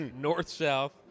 North-south